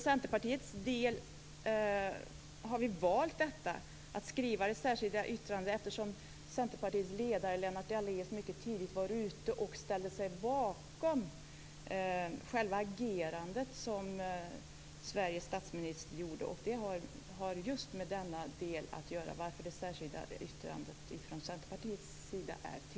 Centerpartiet har valt att skriva det särskilda yttrandet, eftersom Centerpartiets ledare Lennart Daléus mycket tidigt ställde sig bakom själva agerandet från Sveriges statsminister. Det är anledningen till det särskilda yttrandet från